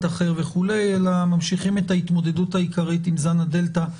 אחר וכו' אלא ממשיכים את ההתמודדות העיקרית עם זן הדלתא,